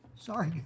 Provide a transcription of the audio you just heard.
sorry